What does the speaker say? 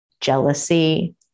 Jealousy